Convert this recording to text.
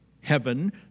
heaven